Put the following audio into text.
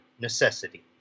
necessity